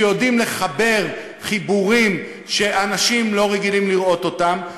שיודעים לחבר חיבורים שאנשים לא רגילים לראות אותם,